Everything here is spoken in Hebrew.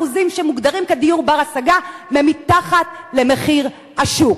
שמוגדרים כדיור בר-השגה מתחת למחיר השוק.